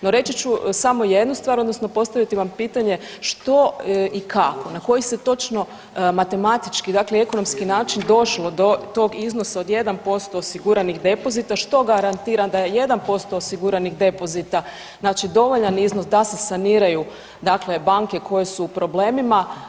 No, reći ću samo jednu stvar odnosno postaviti vam pitanje što i kako, na koji se točno matematički dakle i ekonomski način došlo do tog iznosa od 1% osiguranih depozita, što garantira da 1% osiguranih depozita znači dovoljan iznos da se saniraju dakle banke koje su u problemima?